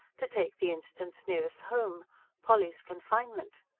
to take the instance nearest home polly's confinement.